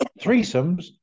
Threesomes